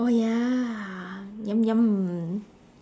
oh ya yum yum